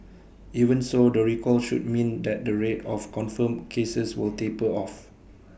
even so the recall should mean that the rate of confirmed cases will taper off